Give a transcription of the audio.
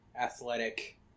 athletic